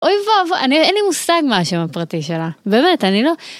אוי ואבוי, אין לי מושג משהו הפרטי שלה, באמת, אני לא...